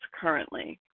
currently